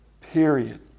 Period